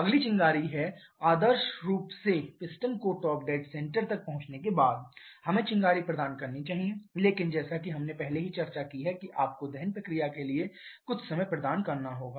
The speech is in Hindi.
अगली चिंगारी है आदर्श रूप से पिस्टन को टॉप डेड सेंटर तक पहुंचने के बाद हमें चिंगारी प्रदान करनी चाहिए लेकिन जैसा कि हमने पहले ही चर्चा की है कि आपको दहन प्रक्रिया के लिए कुछ समय प्रदान करना होगा